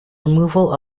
removal